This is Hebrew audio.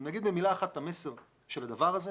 אם נאמר במילה אחת את המסר של הדבר הזה,